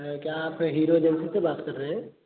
आअ क्या आप हीरो एजेन्सी से बात कर रहे हैं